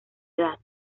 edad